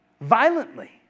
violently